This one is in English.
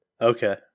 Okay